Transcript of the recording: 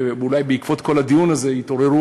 ואולי בעקבות כל הדיון הזה יתעוררו